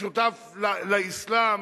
משותף לאסלאם,